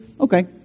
okay